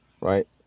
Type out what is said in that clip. right